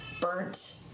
burnt